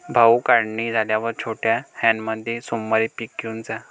भाऊ, काढणी झाल्यावर छोट्या व्हॅनमध्ये सोमवारी पीक घेऊन जा